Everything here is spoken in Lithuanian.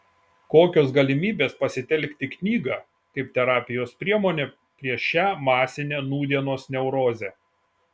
kokios galimybės pasitelkti knygą kaip terapijos priemonę prieš šią masinę nūdienos neurozę